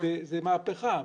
זאת מהפכה.